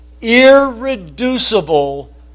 irreducible